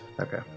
Okay